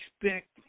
expect